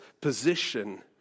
position